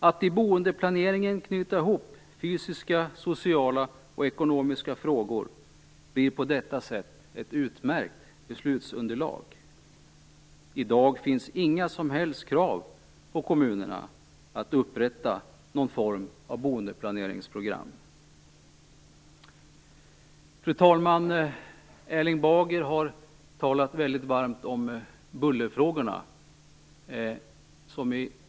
Att i boendeplaneringen knyta ihop fysiska, sociala och ekonomiska frågor ger på detta sätt ett utmärkt beslutsunderlag. I dag finns inga som helst krav på kommunerna att upprätta någon form av boendeplaneringsprogram. Fru talman! Erling Bager har talat väldigt varmt om bullerfrågorna.